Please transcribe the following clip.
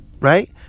Right